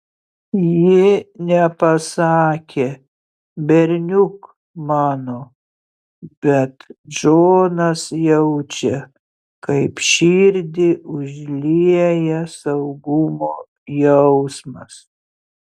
ji nepasakė berniuk mano bet džonas jaučia kaip širdį užlieja saugumo jausmas